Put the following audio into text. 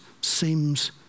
seems